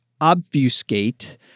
obfuscate